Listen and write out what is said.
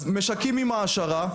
אז משקים עם העשרה,